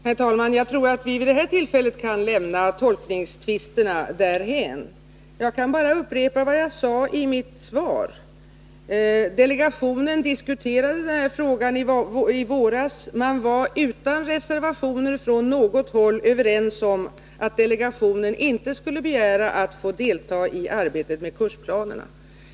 Herr talman! Jag tror att vi vid detta tillfälle kan lämna tolkningsfrågorna därhän. Jag kan bara upprepa vad jag sade i mitt svar. Delegationen diskuterade denna fråga i våras. Man var utan reservationer från något håll överens om att delegationen inte skulle begära att få delta i arbetet med kursplanerna.